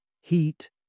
heat